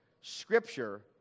Scripture